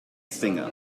singer